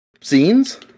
scenes